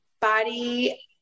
body